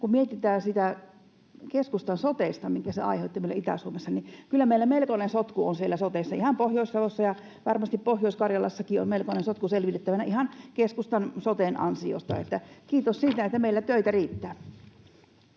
Kun mietitään sitä keskustan sotea, minkä se aiheutti meille Itä-Suomessa, niin kyllä meillä melkoinen sotku on siellä sotessa. Ihan Pohjois-Savossa ja varmasti Pohjois-Karjalassakin on melkoinen sotku selvitettävänä ihan keskustan soten ansiosta. Että kiitos siitä, että meillä töitä riittää.